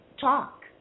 talk